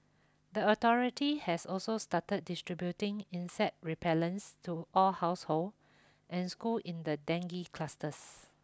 the authority has also started distributing insect repellents to all household and school in the dengue clusters